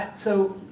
so